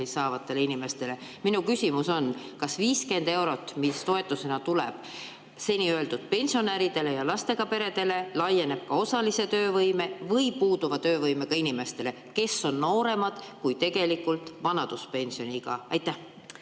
saavatele inimestele. Minu küsimus on, kas see 50 eurot, mis tuleb toetusena pensionäridele ja lastega peredele, laieneb ka osalise töövõimega või puuduva töövõimega inimestele, kes on nooremad kui vanaduspensioniiga. Aitäh!